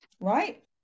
right